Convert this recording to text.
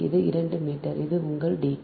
இது 2 மீட்டர் இது உங்கள் d 2